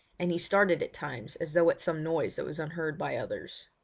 and he started at times as though at some noise that was unheard by others.